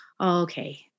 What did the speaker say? okay